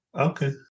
Okay